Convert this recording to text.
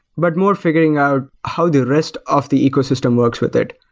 but more figuring out how the rest of the ecosystem works with that,